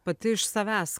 pati iš savęs